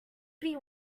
beer